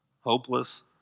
hopeless